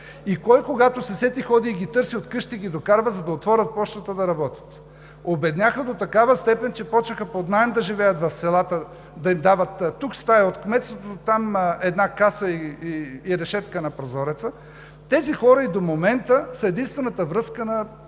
И кой когато се сети, ходи и ги търси, от вкъщи ги докарва, за да отворят пощата, да работят. Обедняха до такава степен, че започнаха да живеят под наем в селата, да им дават тук стая от кметството, там една каса и решетка на прозореца. Тези хора и до момента са единствената връзка на